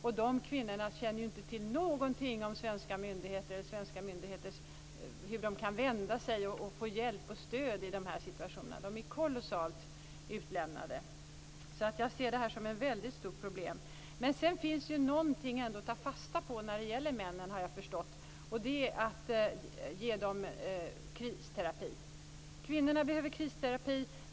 Dessa kvinnor känner ju inte till någonting om svenska myndigheter eller vart de kan vända sig för att få hjälp och stöd i en sådan situation. De är kolossalt utlämnade. Jag ser det som ett stort problem. Jag har förstått att det finns något att ta fasta på när det gäller männen, och det är att ge dem kristerapi. Kvinnorna behöver kristerapi.